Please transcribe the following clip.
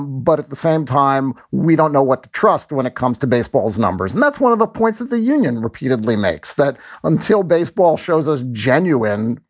but at the same time, we don't know what to trust when it comes to baseballs numbers. and that's one of the points that the union repeatedly makes, that until baseball shows us genuine,